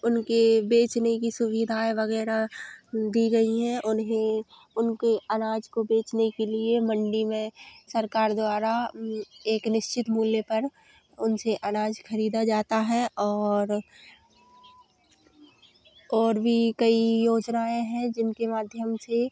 उनके बेचने की सुविधाए वगैरह दी गईं हैं उन्हें उनके अनाज को बेचने के लिए मंडी में सरकार द्वारा एक निश्चित मूल्य पर उनसे अनाज खरीदा जाता है और और भी कई योजनाएँ हैं जिनके माध्यम से